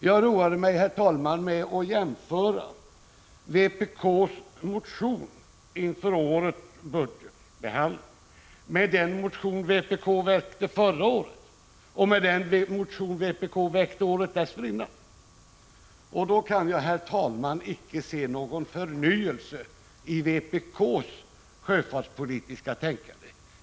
Jag roade mig med att jämföra vpk:s motion inför årets budgetbehandling med den motion vpk väckte förra året och den motion vpk väckte året dessförinnan. Jag kan icke se någon förnyelse i vpk:s sjöfartspolitiska tänkande.